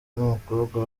n’umukobwa